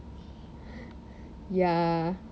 ya